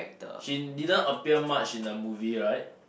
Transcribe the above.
she didn't appear much in the movie right